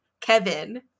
kevin